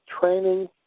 training